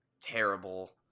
terrible